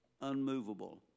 unmovable